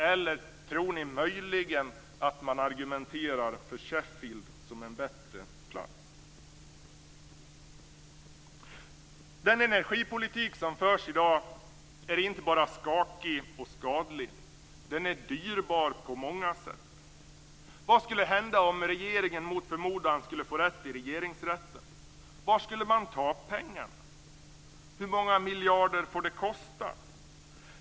Eller tror ni möjligen att man argumenterar för Sheffield som en bättre plats? Den energipolitik som förs i dag är inte bara skakig och skadlig, utan den är också dyrbar på många sätt. Vad skulle hända om regeringen mot förmodan får rätt i Regeringsrätten? Var skulle man ta pengarna? Hur många miljarder får det kosta?